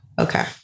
Okay